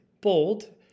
bold